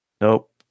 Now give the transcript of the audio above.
Nope